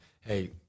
hey